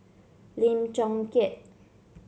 Lim Chong Keat